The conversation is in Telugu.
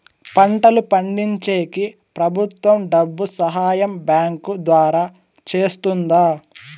పంటలు పండించేకి ప్రభుత్వం డబ్బు సహాయం బ్యాంకు ద్వారా చేస్తుందా?